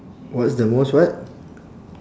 what's the most what